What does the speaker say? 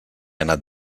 anat